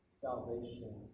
salvation